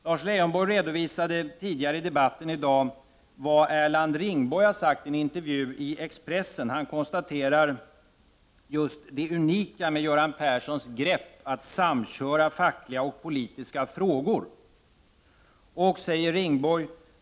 Lars Leijonborg redovisade tidigare i debatten vad Erland Ringborg har sagt i en intervju i Expressen, där han konstaterar: ”Det unika med Göran Perssons grepp var att samköra fackliga och politiska frågor ———-.